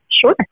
Sure